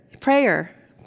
Prayer